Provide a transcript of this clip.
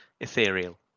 ethereal